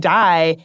die